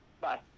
Bye